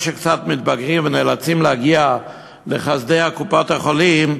כשקצת מתבגרים ונאלצים להגיע לחסדי קופות-החולים,